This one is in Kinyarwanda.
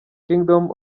kingdom